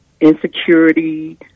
insecurity